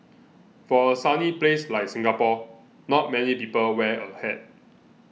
for a sunny place like Singapore not many people wear a hat